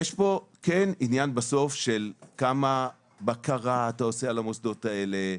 יש עניין של כמה בקרה אתה עושה על המוסדות האלה,